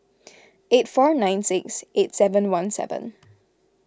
eight four nine six eight seven one seven